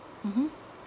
mmhmm